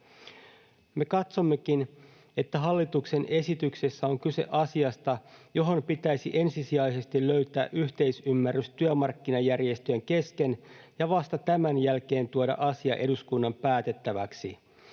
Me katsommekin, että hallituksen esityksessä on kyse asiasta, johon pitäisi ensisijaisesti löytää yhteisymmärrys työmarkkinajärjestöjen kesken ja vasta tämän jälkeen tuoda asia eduskunnan päätettäväksi.